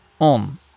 on